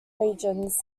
regions